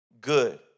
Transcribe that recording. good